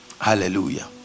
hallelujah